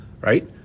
right